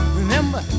remember